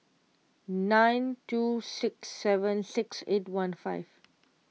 nine two six seven six eight one five